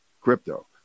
crypto